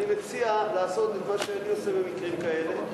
אני מציע לעשות את מה שאני עושה במקרים כאלה: